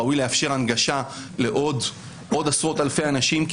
ראוי לאפשר הנגשה לעוד עשרות אלפי אנשים כי